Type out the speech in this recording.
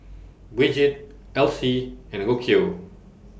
Brigid Elsie and Rocio